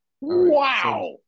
Wow